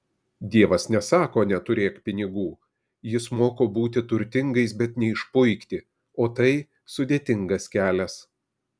dievas nesako neturėk pinigų jis moko būti turtingais bet neišpuikti o tai sudėtingas kelias